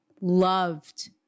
loved